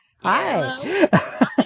Hi